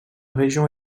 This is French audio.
région